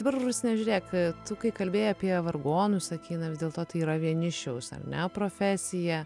dabar rusne žiūrėk tu kai kalbėjai apie vargonus sakei na vis dėlto tai yra vienišiaus ar ne profesija